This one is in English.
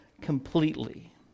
completely